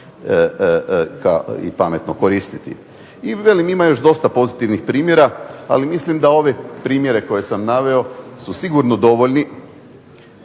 i pametno koristiti. I velim, ima još dosta pozitivnih primjera, ali mislim da ove primjere koje sam naveo su sigurno dovoljni